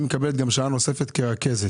היא מקבלת שעה נוספת כרכזת?